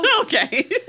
Okay